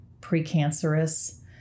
precancerous